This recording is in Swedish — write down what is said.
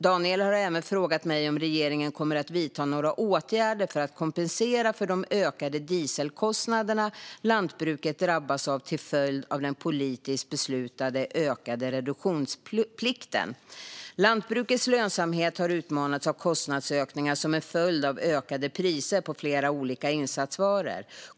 Daniel har även frågat mig om regeringen kommer att vidta några åtgärder för att kompensera för de ökade dieselkostnader lantbruket drabbats av till följd av den politiskt beslutade ökade reduktionsplikten. Lantbrukets lönsamhet har utmanats av kostnadsökningar som en följd av ökade priser på flera olika insatsvaror.